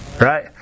Right